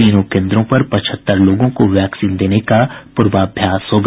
तीनों केन्द्रों पर पचहत्तर लोगों को वैक्सीन देने का पूर्वाभ्यास होगा